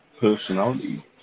personality